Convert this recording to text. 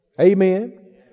Amen